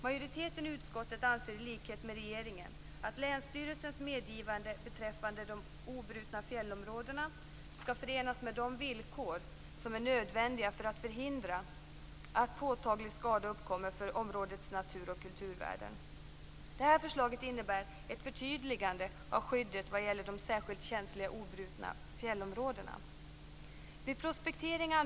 Majoriteten i utskottet anser i likhet med regeringen att länsstyrelsens medgivande beträffande de obrutna fjällområdena skall förenas med de villkor som är nödvändiga för att förhindra att påtaglig skada uppkommer för områdets natur och kulturvärden. Det här förslaget innebär ett förtydligande av skyddet vad gäller de särskilt känsliga obrutna fjällområdena.